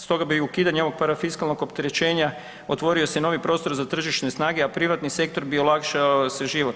Stoga bi ukidanje ovog parafiskalnog opterećenja otvorio se novi prostor za tržišne snage, a privatni sektor bi olakšao si život.